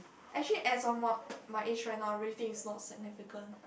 actually as of my age right now I really think it's not significant